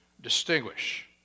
distinguish